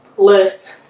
less,